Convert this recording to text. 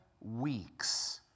weeks